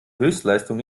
höchstleistung